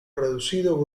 reducido